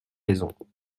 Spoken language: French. raisons